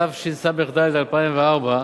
התשס"ד 2004,